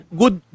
good